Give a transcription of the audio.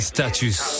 Status